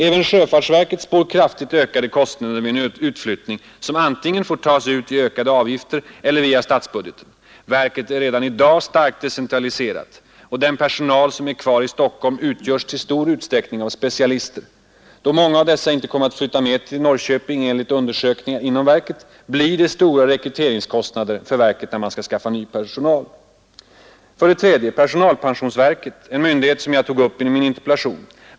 Även sjöfartsverket spår kraftigt ökade kostnader vid en utflyttning som antingen får tas ut i ökade avgifter eller via stadsbudgeten. Verket är redan i dag starkt decentraliserat, och den personal som är kvar i Stockholm utgörs i stor utsträckning av specialister. Då många av dessa — enligt undersökningar inom verket — inte kommer att flytta med till Norrköping blir det stora rekryteringskostnader för verket att skaffa ny personal. 3. Personalpensionsverket, en myndighet som jag tog upp i min interpellation.